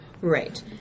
Right